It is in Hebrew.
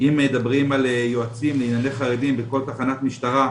אם מדברים על יועצים לענייני חרדים בכל תחנת משטרה,